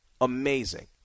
Amazing